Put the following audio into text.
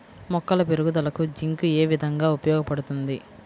మొక్కల పెరుగుదలకు జింక్ ఏ విధముగా ఉపయోగపడుతుంది?